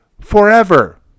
forever